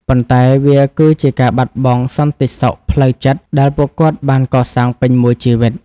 ប៉ុន្តែវាគឺជាការបាត់បង់សន្តិសុខផ្លូវចិត្តដែលពួកគាត់បានកសាងពេញមួយជីវិត។